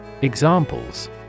Examples